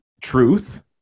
truth